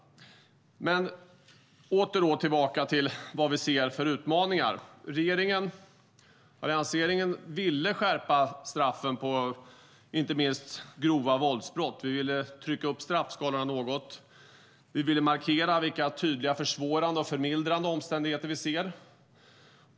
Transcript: Men tillbaka till vilka utmaningar vi ser. Alliansregering ville skärpa straffen för inte minst grova våldsbrott. Vi ville trycka upp straffskalorna något. Vi ville markera vilka tydliga försvårande och förmildrande omständigheter vi ser.